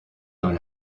dans